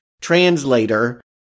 translator